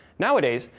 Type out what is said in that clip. nowadays,